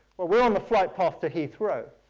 we're on the flight path to heathrow,